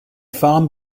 farm